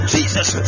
Jesus